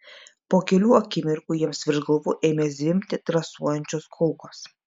po kelių akimirkų jiems virš galvų ėmė zvimbti trasuojančios kulkos